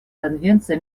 конвенции